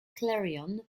clarion